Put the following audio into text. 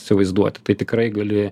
įsivaizduoti tai tikrai gali